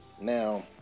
Now